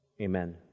Amen